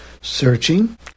searching